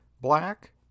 black